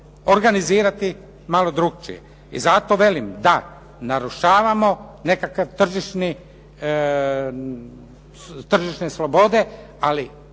organizirati malo drukčije i zato velim da narušavamo nekakve tržišne slobode, ali